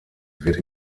wäre